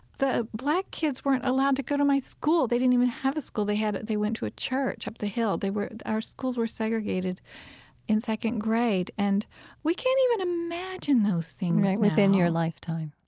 the black kids weren't allowed to go to my school. they didn't even have a school. they had they went to a church up the hill. they were our schools were segregated in second grade and we can't even imagine those things now right, within your lifetime.